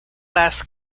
last